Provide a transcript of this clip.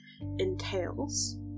entails